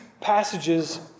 passages